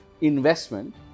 investment